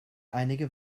einige